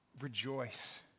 rejoice